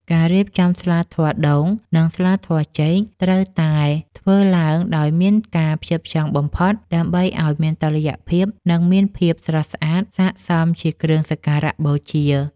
ការរៀបចំស្លាធម៌ដូង និងស្លាធម៌ចេកត្រូវតែធ្វើឡើងដោយមានការផ្ចិតផ្ចង់បំផុត ដើម្បីឱ្យមានតុល្យភាពនិងមានភាពស្រស់ស្អាតស័ក្តិសមជាគ្រឿងសក្ការបូជា។